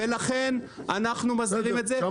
ולכן אנחנו מסבירים את זה.